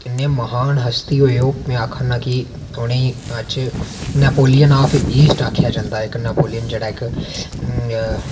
इन्ने महान हस्ती होई ओह् में आक्खा ना कि उ'नें ई अज्ज नैपोलियन ऑफ इस्ट आखेआ जंदा इक नैपोलियन जेह्ड़ा इक